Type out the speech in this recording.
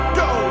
go